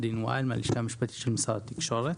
הלשכה המשפטית במשרד התקשורת.